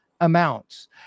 amounts